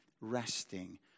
resting